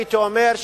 הייתי אומר,